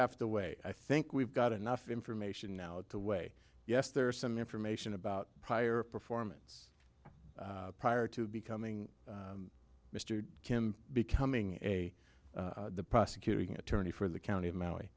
have to weigh i think we've got enough information now to way yes there is some information about prior performance prior to becoming mr kim becoming a prosecuting attorney for the county of maui